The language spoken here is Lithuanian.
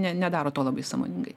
ne nedaro to labai sąmoningai